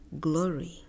Glory